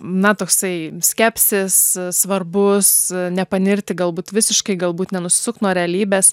na toksai skepsis svarbus nepanirti galbūt visiškai galbūt nenusisukt nuo realybės